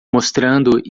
mostrando